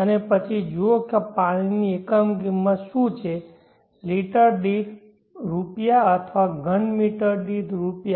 અને પછી જુઓ પાણીની એકમ કિંમત શું છે લિટર દીઠ રૂપિયા અથવા m3 દીઠ રૂપિયા